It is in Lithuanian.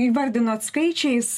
įvardinot skaičiais